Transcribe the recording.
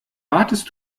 wartest